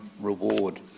reward